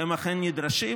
אכן נדרשים,